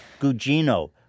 Gugino